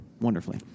wonderfully